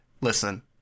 Listen